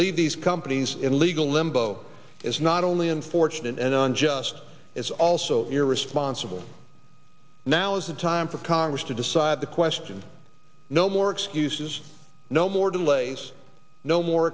leave these companies in legal limbo is not only unfortunate an unjust it's also irresponsible now's the time for congress to decide the question no more excuses no more delays no more